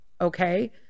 Okay